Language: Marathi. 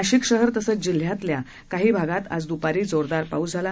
नाशिक शहर तसंच जिल्ह्यातच्या काही भागात आज दूपारी जोरदार पाऊस झाला